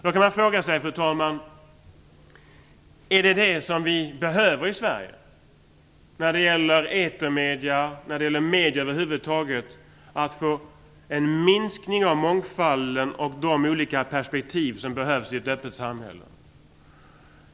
Man kan då fråga sig, fru talman, om det som vi behöver i Sverige när det gäller etermedier eller medier över huvud taget är en minskning av mångfalden och de olika perspektiv som behövs i ett öppet samhälle.